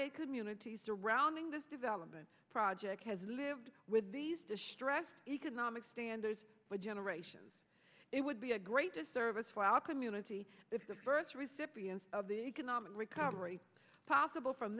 they could munity surrounding this development project has lived with these distressed economic standards for generations it would be a great disservice to our community if the first recipients of the economic recovery possible from